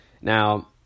Now